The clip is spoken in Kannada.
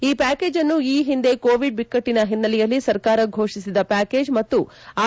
ಈ ಪ್ಯಾಕೇಜ್ ಅನ್ನು ಈ ಹಿಂದೆ ಕೋವಿಡ್ ಬಿಕ್ಕಟ್ಟನ ಹಿನ್ನೆಲೆಯಲ್ಲಿ ಸರ್ಕಾರ ಘೋಷಿಸಿದ ಪ್ಡಾಕೇಜ್ ಮತ್ತು ಆರ್